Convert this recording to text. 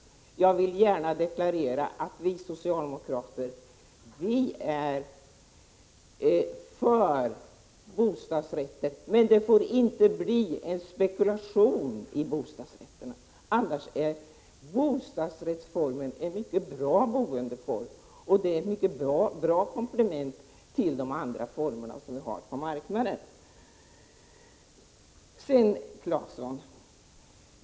Jag vill gärna deklarera att vi socialdemokrater är för bostadsrätter, men det får inte bli en spekulation i dem. Bostadsrättsformen är en mycket bra boendeform och ett mycket bra komplement till de andra formerna på marknaden.